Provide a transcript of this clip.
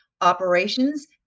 operations